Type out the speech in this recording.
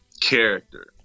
character